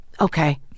Okay